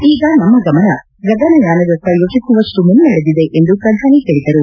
ಈಗ ನಮ್ನ ಗಮನ ಗಗನಯಾನದತ್ತ ಯೋಚಿಸುವಷ್ಟು ಮುನ್ನಡೆದಿದೆ ಎಂದು ಪ್ರಧಾನಿ ಹೇಳಿದರು